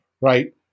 right